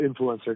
influencer